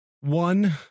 one